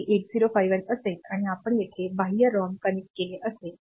जर ते 8051 असेल आणि आपण येथे बाह्य रॉम कनेक्ट केले असेल